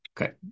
okay